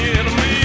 enemy